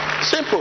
Simple